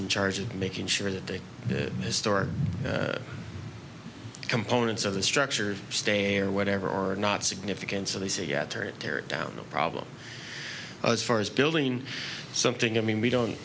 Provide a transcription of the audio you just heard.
in charge of making sure that the store components of the structure stay or whatever or not significant so they say yeah tear it down no problem as far as building something i mean we don't